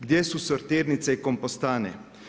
Gdje su sortirnice i kompostane?